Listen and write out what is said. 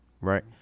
right